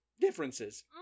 differences